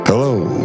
Hello